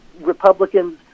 Republicans